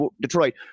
Detroit